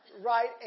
right